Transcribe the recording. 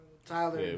Tyler